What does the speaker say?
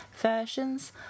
versions